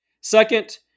Second